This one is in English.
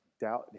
doubt